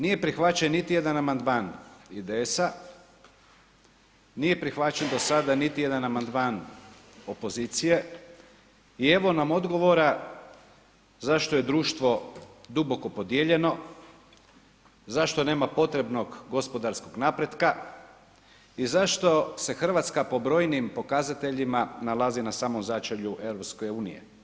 Nije prihvaćen niti jedan amandman IDS-a, nit prihvaćen do sada niti jedan amandman opozicije i evo nam odgovora zašto je društvo duboko podijeljeno, zašto nema potrebnog gospodarskog napretka i zašto se Hrvatska po brojnim pokazateljima nalazi na samom začelju EU.